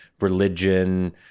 religion